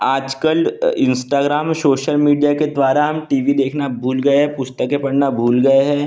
आज कल Instagram social media के द्वारा हम टी वी देखना भूल गए हैं पुस्तके पढ़ना भूल गए हैं